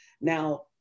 now